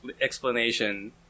explanation